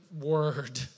word